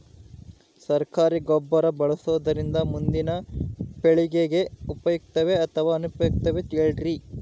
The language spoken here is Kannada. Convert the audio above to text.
ಸರಕಾರಿ ಗೊಬ್ಬರ ಬಳಸುವುದರಿಂದ ಮುಂದಿನ ಪೇಳಿಗೆಗೆ ಉಪಯುಕ್ತವೇ ಅಥವಾ ಅನುಪಯುಕ್ತವೇ ಹೇಳಿರಿ